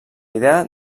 idea